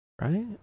Right